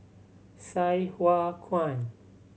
Sai Hua Kuan